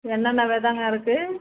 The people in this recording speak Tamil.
என்னென்ன வெதைங்க இருக்குது